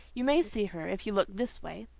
you may see her if you look this way.